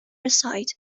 aside